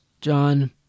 John